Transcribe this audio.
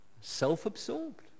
Self-absorbed